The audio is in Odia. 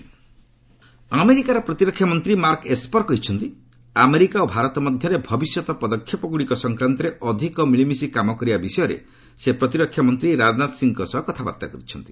ୟୁଏସ୍ ଇସ୍ପର ଆମେରିକାର ପ୍ରତିରକ୍ଷା ମନ୍ତ୍ରୀ ମାର୍କ୍ ଏସ୍ପର କହିଛନ୍ତି ଆମେରିକା ଓ ଭାରତ ମଧ୍ୟରେ ଭବିଷ୍ୟତ ପଦକ୍ଷେପଗୁଡ଼ିକ ସଂକ୍ରାନ୍ତରେ ଅଧିକ ମିଳିମିଶି କାମ କରିବା ବିଷୟ ସେ ପ୍ରତିରକ୍ଷା ମନ୍ତ୍ରୀ ରାଜନାଥ ସିଂହଙ୍କ ସହ କଥାବାର୍ତ୍ତା କରିଛନ୍ତି